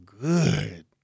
good